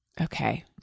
okay